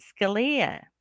scalia